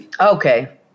okay